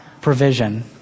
provision